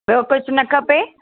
ॿियो कुझु न खपे